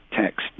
text